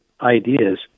ideas